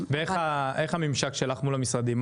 איך הממשק שלך מול המשרדים?